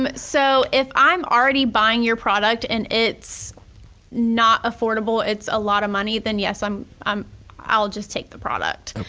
um so if i'm already buying your product and it's not affordable, it's a lot of money then yes, um i'll just take the product.